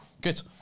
Good